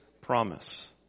promise